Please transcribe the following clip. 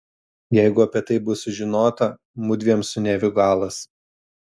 jeigu apie tai bus sužinota mudviem su neviu galas